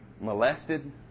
molested